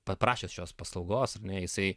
paprašęs šios paslaugos ar ne jisai